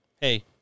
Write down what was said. Hey